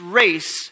race